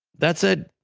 that said,